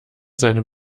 seine